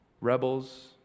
rebels